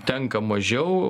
tenka mažiau